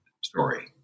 Story